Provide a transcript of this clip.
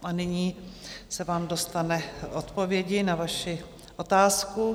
A nyní se vám dostane odpovědi na vaši otázku.